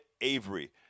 Avery